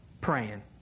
praying